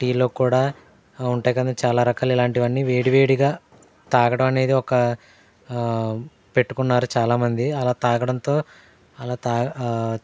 టీలో కూడా ఉంటాయి కదండి చాల రకాలు ఇలాంటివన్నీ వేడివేడిగా తాగడం అనేది ఒక పెట్టుకున్నారు చాలా మంది అలా తాగడంతో అలా తాగ